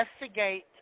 investigate